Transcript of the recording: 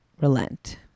relent